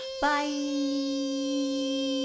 Bye